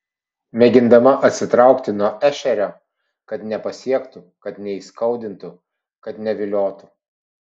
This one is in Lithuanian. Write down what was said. mėgindama atsitraukti nuo ešerio kad nepasiektų kad neįskaudintų kad neviliotų